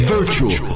Virtual